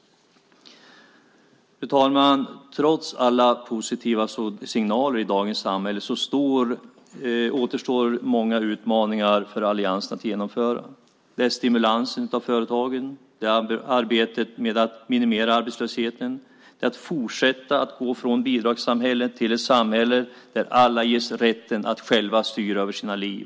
Fru talman! Trots alla positiva signaler i dagens samhälle återstår många utmaningar för alliansen att genomföra. Det gäller stimulans av företagen, det gäller arbetet med att minimera arbetslösheten och det gäller att fortsätta gå från bidragssamhället till ett samhälle där alla ges rätten att själva styra över sina liv.